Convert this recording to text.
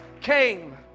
came